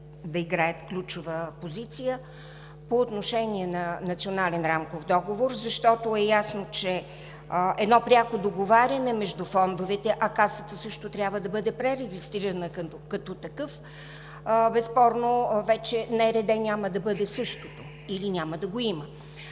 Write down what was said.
да играят ключова позиция по отношение на Националния рамков договор, защото е ясно, че едно пряко договаряне между фондовете – Касата също трябва да бъде пререгистрирана като такъв, безспорно вече НРД няма да бъде същият или няма да го има.